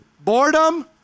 Boredom